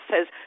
says